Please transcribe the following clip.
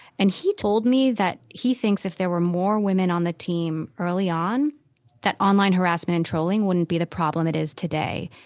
and he told me that he thinks if there were more women on the team early on that online harassment and trolling wouldn't be the problem it is today.